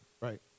Right